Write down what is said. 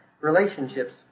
Relationships